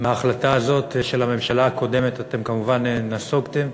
מההחלטה הזאת של הממשלה הקודמת אתם כמובן נסוגותם,